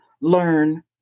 learn